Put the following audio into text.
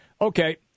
Okay